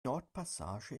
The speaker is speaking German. nordpassage